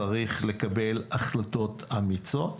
צריך לקבל החלטות אמיצות,